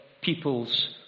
people's